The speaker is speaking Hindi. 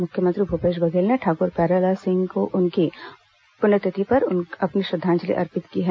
मुख्यमंत्री भूपेश बघेल ने ठाकुर प्यारेलाल सिंह को उनकी पुण्यतिथि पर अपनी श्रद्धांजलि अर्पित की है